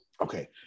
okay